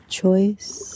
Choice